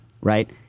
right